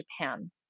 Japan